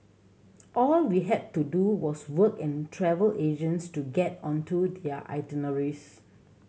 all we had to do was work and travel agents to get onto their itineraries